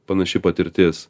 panaši patirtis